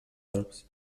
alps